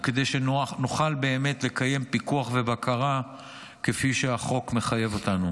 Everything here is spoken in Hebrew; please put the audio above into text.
כדי שנוכל באמת לקיים פיקוח ובקרה כפי שהחוק מחייב אותנו.